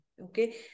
okay